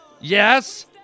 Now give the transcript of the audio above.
Yes